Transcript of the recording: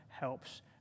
helps